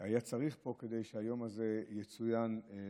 שהיה צריך פה כדי שהיום הזה יצוין בכנסת.